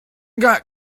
got